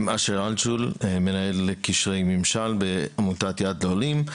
אשר אנשול, מנהל קשרי ממשל בעמותת יד לעולים.